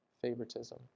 favoritism